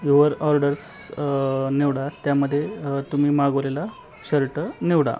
your orders निवडा त्यामध्ये तुम्ही मागवलेला शर्ट निवडा